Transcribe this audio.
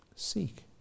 seek